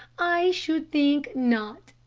i should think not,